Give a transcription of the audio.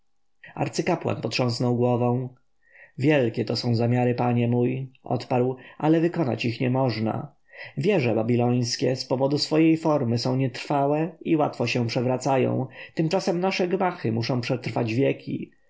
arcykapłan potrząsnął głową wielkie to są zamiary panie mój odparł ale wykonać ich nie można wieże babilońskie z powodu swojej formy są nietrwałe i łatwo się przewracają tymczasem nasze gmachy muszą przetrwać wieki